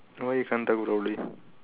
why you can't talk properly